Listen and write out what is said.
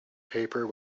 paper